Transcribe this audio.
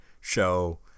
show